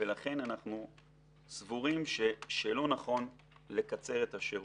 ולכן אנחנו סבורים שלא נכון לקצר את השירות.